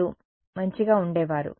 వారు మంచిగా ఉండేవారు